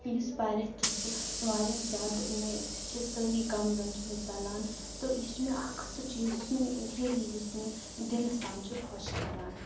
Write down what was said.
یُس پَرٮ۪تھ چھَس بہٕ واریاہ زیادٕ مےٚ چھِ سٲری غم زَن چھِ مےٚ ژَلان تہٕ یہِ چھِ مےٚ اَکھ سُہ چیٖز یُس مےٚ رِیلی یُس مےٚ دِلَس تام چھِ خۄش کَران